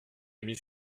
mis